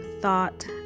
thought